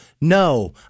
No